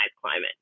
climate